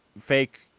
fake